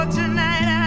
tonight